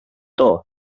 too